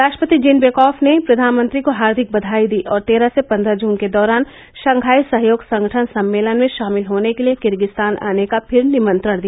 राष्ट्रपति जीनबेकॉफ ने प्रधानमंत्री को हार्दिक द्वाई दी और तेरह से पन्द्रह जून के दौरान शंघाई सहयोग संगठन सम्मेलन में शामिल होने के लिए किर्गिज्स्तान आने का फिर निमंत्रण दिया